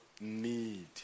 need